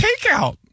takeout